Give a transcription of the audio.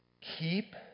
Keep